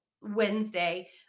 Wednesday